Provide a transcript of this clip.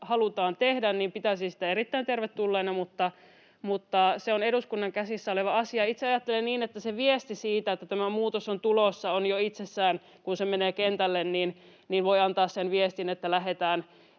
halutaan tehdä, niin pitäisin sitä erittäin tervetulleena, mutta se on eduskunnan käsissä oleva asia. Itse ajattelen niin, että se tieto, että tämä muutos on tulossa, voi jo itsessään, kun se menee kentälle, antaa sen viestin, että lähdetään